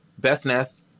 Bestness